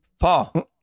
Paul